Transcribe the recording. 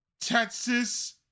Texas